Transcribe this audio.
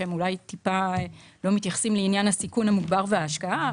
שאולי לא מתייחסים לעניין הסיכון המוגבר וההשקעה,